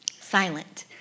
silent